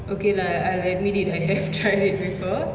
okay lah I'll admit it I have tried it before